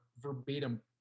verbatim